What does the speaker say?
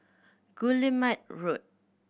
Guillemard Road